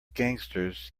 gangsters